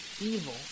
evil